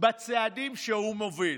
בצעדים שהוא מוביל.